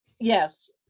Yes